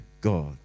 God